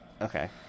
Okay